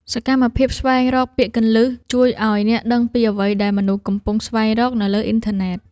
សកម្មភាពស្វែងរកពាក្យគន្លឹះ ជួយឱ្យអ្នកដឹងពីអ្វីដែលមនុស្សកំពុងស្វែងរកនៅលើអ៊ីនធឺណិត។